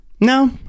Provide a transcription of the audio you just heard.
No